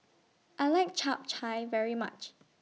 I like Chap Chai very much